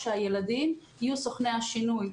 שהילדים יהיו סוכני השינוי,